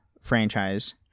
franchise